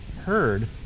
heard